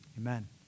amen